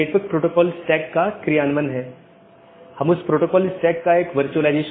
network layer reachability की जानकारी जिसे NLRI के नाम से भी जाना जाता है